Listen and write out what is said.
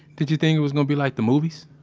did you think it was gonna be like the movies?